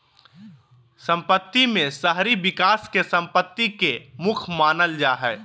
सम्पत्ति में शहरी विकास के सम्पत्ति के मुख्य मानल जा हइ